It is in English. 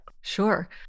sure